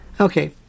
Okay